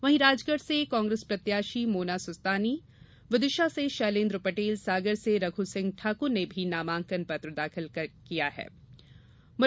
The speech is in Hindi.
वहीं राजगढ़ से कांग्रेस प्रत्याशी मोना सुस्तानी विदिशा से शैलेन्द्र पटेल सागर से रघुसिंह ठाकुर के भी नामांकन पत्र दाखिल करने की खबर है